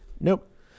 Nope